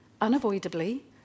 unavoidably